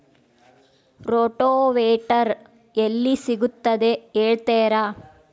Rotavator ಎಲ್ಲಿ ಸಿಗುತ್ತದೆ ಹೇಳ್ತೇರಾ?